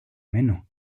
meno